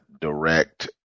direct